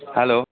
hello